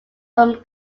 from